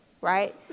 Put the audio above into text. right